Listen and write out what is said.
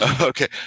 Okay